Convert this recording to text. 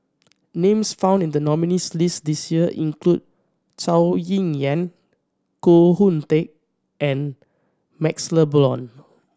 names found in the nominees' list this year include Zhou Ying Yan Koh Hoon Teck and MaxLe Blond